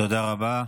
תודה רבה.